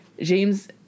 James